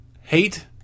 hate